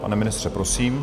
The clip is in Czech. Pane ministře, prosím.